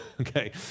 Okay